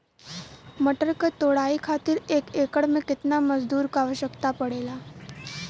मटर क तोड़ाई खातीर एक एकड़ में कितना मजदूर क आवश्यकता पड़ेला?